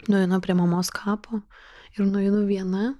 nueinu prie mamos kapo ir nueinu viena